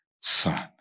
son